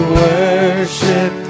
worship